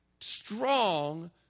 strong